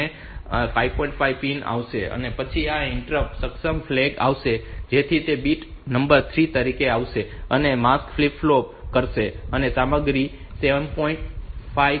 5 pin અહીં આવશે પછી આ ઇન્ટરપ્ટ સક્ષમ ફ્લેગ આવશે જેથી તે બીટ નંબર 3 તરીકે આવશે અને આ માસ્ક ફ્લિપ ફ્લોપ કરશે અને સામગ્રી M 7